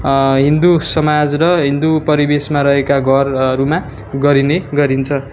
हिन्दू समाज हिन्दू परिवेशमा रहेका घरहरूमा गरिने गरिन्छ